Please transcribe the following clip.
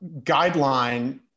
guideline